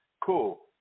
Cool